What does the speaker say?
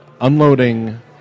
Unloading